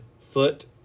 foot